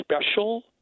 special